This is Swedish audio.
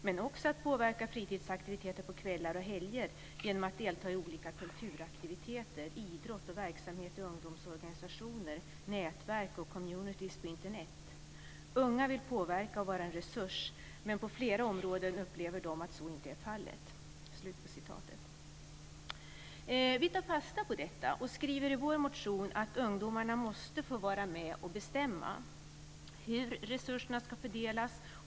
Men också att påverka fritidsaktiviteter på kvällar och helger genom att delta i olika kulturaktiviteter, idrott och verksamhet i ungdomsorgnisationer, nätverk och communities på Internet. Unga vill påverka och vara en resurs men på flera områden upplever de att så inte är fallet." Vi tar fasta på detta och skriver i vår motion att ungdomarna måste få vara med och bestämma hur resurserna ska fördelas.